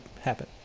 happen